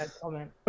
comment